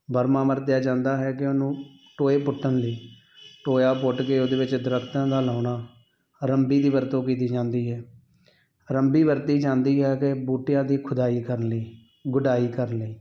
Burma ਵਰਤਿਆ ਜਾਂਦਾ ਹੈ ਕਿ ਉਹਨੂੰ ਟੋਏ ਪੁੱਟਣ ਲਈ ਟੋਇਆ ਪੁੱਟ ਕੇ ਉਹਦੇ ਵਿੱਚ ਦਰੱਖਤਾਂ ਦਾ ਲਾਉਣਾ ਰੰਬੀ ਦੀ ਵਰਤੋਂ ਕੀਤੀ ਜਾਂਦੀ ਹੈ ਰੰਬੀ ਵਰਤੀ ਜਾਂਦੀ ਹੈ ਕਿ ਬੂਟਿਆਂ ਦੀ ਖੁਦਾਈ ਕਰਨ ਲਈ ਗੁਡਾਈ ਕਰਨ ਲਈ